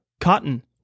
cotton